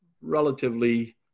relatively